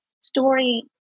story